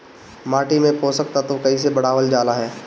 माटी में पोषक तत्व कईसे बढ़ावल जाला ह?